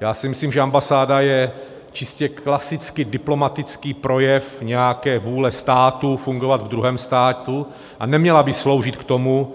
Já si myslím, že ambasáda je čistě klasicky diplomatický projev nějaké vůle státu fungovat v druhém státu a neměla by sloužit k tomu,